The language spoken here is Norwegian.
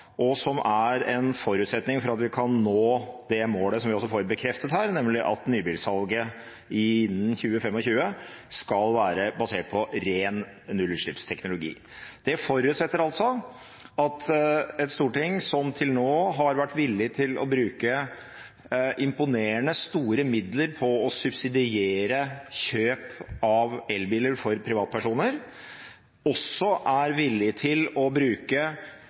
vi også får bekreftet her, nemlig at nybilsalget innen 2025 skal være basert på ren nullutslippsteknologi. Det forutsetter at et storting som til nå har vært villig til å bruke imponerende store midler på å subsidiere kjøp av elbiler for privatpersoner, også er villig til å bruke